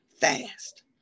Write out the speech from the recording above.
Fast